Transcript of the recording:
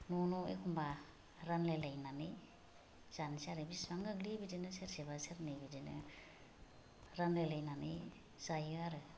न' न' एखम्बा रानलायलायनानै जानोसै आरो बेसेबां गोगलैयो बिदिनो सेरसेबा बा सेरनै बिदिनो रानलायलायनानै जायो आरो